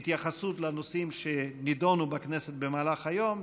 התייחסות לנושאים שנדונו בכנסת במהלך היום.